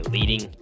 Leading